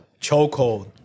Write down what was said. chokehold